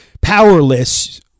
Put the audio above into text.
powerless